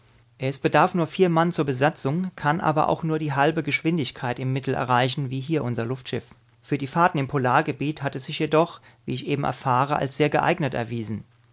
es bedarf nur vier mann zur besatzung kann aber auch nur die halbe geschwindigkeit im mittel erreichen wie hier unser luftschiff für die fahrten im polargebiet hat es sich jedoch wie ich eben erfahre als sehr geeignet erwiesen